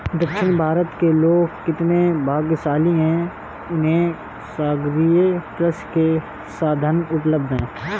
दक्षिण भारत के लोग कितने भाग्यशाली हैं, उन्हें सागरीय कृषि के साधन उपलब्ध हैं